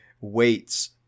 weights